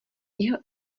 jeho